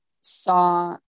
saw